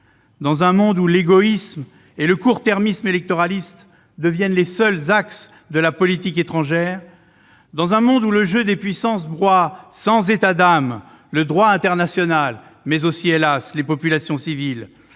Dans un monde où l'égoïsme et le court-termisme électoraliste deviennent les seuls axes de la politique étrangère, dans un monde où le jeu des puissances broie sans états d'âme le droit international, mais aussi, hélas, les populations civiles,